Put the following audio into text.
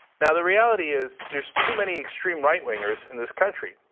now the reality is there's too many extreme right wingers in this country.